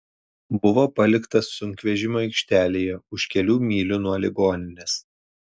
buvo paliktas sunkvežimių aikštelėje už kelių mylių nuo ligoninės